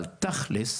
אבל תכל'ס